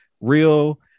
real